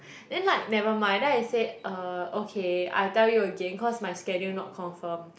then like never mind then I said uh okay I tell you again cause my schedule not confirm